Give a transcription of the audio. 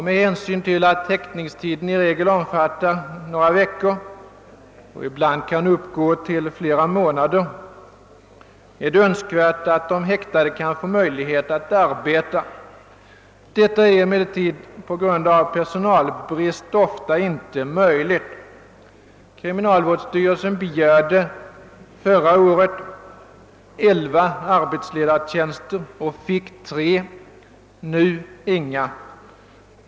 Med hänsyn till att häktningstiden i regel omfattar några veckor och ibland kan uppgå till flera månader är det önskvärt att de häktade får möjlighet att arbeta. Detta är emellertid på grund av personalbrist ofta inte möjligt. Kriminalvårdsstyrelsen begärde förra året elva arbetsledartjänster och fick tre, nu inga.